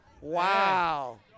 Wow